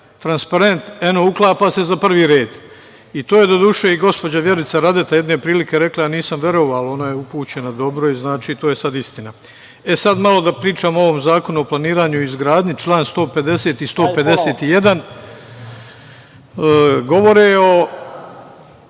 transparent, eno, uklapa se za prvi red i to je, doduše, i gospođa Vjerica Radeta jedne prilike rekla, nisam verovao, ona je upućena dobro i znači to je sad istina. Sad malo da pričam o ovom Zakonu o planiranju i izgradnji. Član 150 i 151. govore o